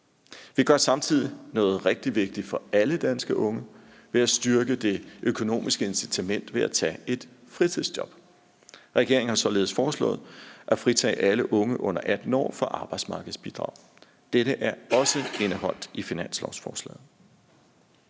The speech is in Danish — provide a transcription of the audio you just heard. Vi gør samtidig noget rigtig vigtigt for alle danske unge ved at styrke det økonomiske incitament ved at tage et fritidsjob. Regeringen har således foreslået at fritage alle unge under 18 år for arbejdsmarkedsbidrag. Dette er også indeholdt i finanslovsforslaget.